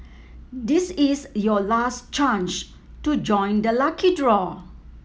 this is your last chance to join the lucky draw